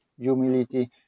humility